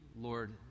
Lord